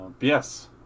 yes